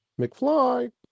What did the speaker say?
McFly